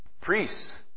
Priests